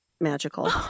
magical